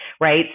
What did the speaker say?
right